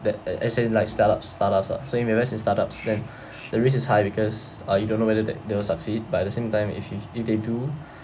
that as in like startups startups ah so you invest in startups then the risk is high because uh you don't know whether that they'll succeed but at the same time if if if they do